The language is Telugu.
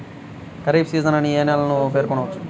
ఖరీఫ్ సీజన్ అని ఏ ఏ నెలలను పేర్కొనవచ్చు?